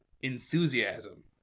enthusiasm